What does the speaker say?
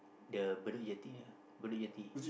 the Bedok Jetty there lah Bedok Jetty